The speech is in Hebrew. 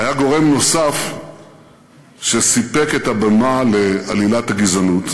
והיה גורם נוסף שסיפק את הבמה לעלילת הגזענות: